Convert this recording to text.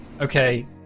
Okay